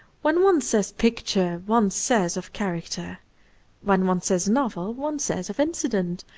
when one says picture, one says of character when one says novel, one says of incident,